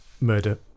Murder